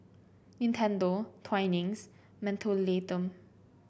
Nintendo Twinings Mentholatum